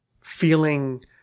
feeling